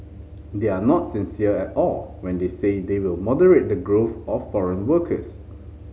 they are not sincere at all when they say they will moderate the growth of foreign workers